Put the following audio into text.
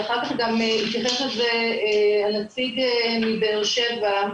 ואחר כך גם התייחס לזה הנציג מבאר שבע,